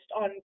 on